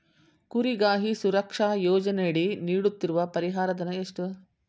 ಕುರಿಗಾಹಿ ಸುರಕ್ಷಾ ಯೋಜನೆಯಡಿ ನೀಡುತ್ತಿರುವ ಪರಿಹಾರ ಧನ ಎಷ್ಟು?